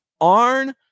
Arn